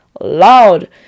loud